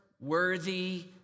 worthy